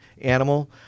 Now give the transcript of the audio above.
animal